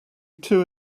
two